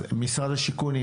משרד השיכון,